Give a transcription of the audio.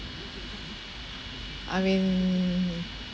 I mean